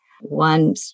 One